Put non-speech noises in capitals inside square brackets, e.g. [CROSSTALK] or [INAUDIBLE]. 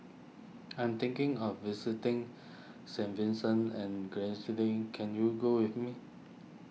I am thinking of visiting [NOISE] Saint Vincent and [UNINTELLIGIBLE] can you go with me